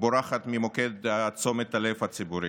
בורחת ממוקד תשומת הלב הציבורית.